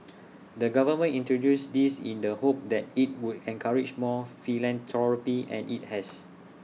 the government introduced this in the hope that IT would encourage more philanthropy and IT has